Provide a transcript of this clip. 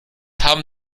haben